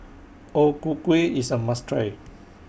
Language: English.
O Ku Kueh IS A must Try